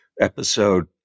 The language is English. episode